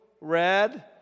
red